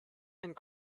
and